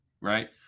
Right